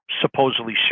supposedly